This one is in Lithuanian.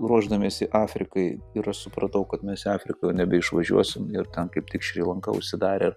ruošdamiesi afrikai ir aš supratau kad mes afrikoj nebeišvažiuosim ir kaip tik šri lanka užsidarė